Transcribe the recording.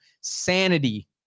sanity